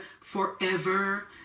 forever